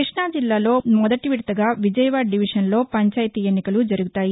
కృష్ణా జిల్లాలో మొదటి విడతగా విజయవాడ డివిజన్లో పంచాయతీ ఎన్నికలు జరుగుతాయి